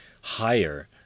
higher